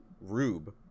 Rube